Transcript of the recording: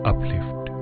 Uplift